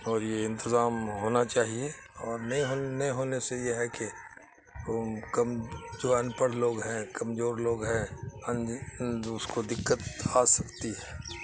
اور یہ انتظام ہونا چاہیے اور نہیں نہیں ہونے سے یہ ہے کہ کم جو ان پڑھ لوگ ہیں کمزور لوگ ہیں اس کو دقت آ سکتی ہے